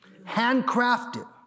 handcrafted